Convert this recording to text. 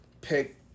Pick